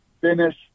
finish